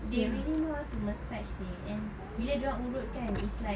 they really know how to massage seh and bila dorang urut kan it's like